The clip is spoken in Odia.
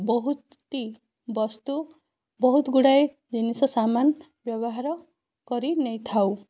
ବହୁତ ଟି ବସ୍ତୁ ବହୁତ ଗୁଡ଼ାଏ ଜିନିଷ ସାମାନ ବ୍ୟବହାର କରି ନେଇଥାଉ